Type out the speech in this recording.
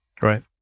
Right